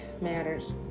matters